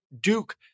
Duke